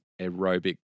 aerobic